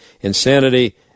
insanity